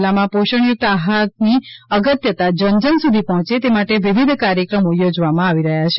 જિલ્લામાં પોષણયુક્ત આહારની અગત્યતા જનજન સુધી પહોંચે તે માટે વિવિધ કાર્યક્રમો યોજવામાં આવી રહ્યાં છે